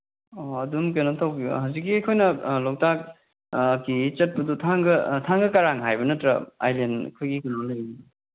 ꯑꯣ ꯑꯗꯨꯝ ꯀꯩꯅꯣ ꯇꯧꯕꯤꯌꯨ ꯍꯧꯖꯤꯛꯀꯤ ꯑꯩꯈꯣꯏꯅ ꯂꯣꯛꯇꯥꯛ ꯀꯤ ꯆꯠꯄꯗꯨ ꯊꯥꯡꯒ ꯊꯥꯡꯒ ꯀꯔꯥꯡ ꯍꯥꯏꯕ ꯅꯠꯇ꯭ꯔꯥ ꯑꯥꯏꯂꯦꯟ ꯑꯩꯈꯣꯏꯒꯤ